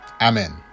Amen